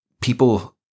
people